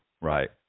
Right